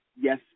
yes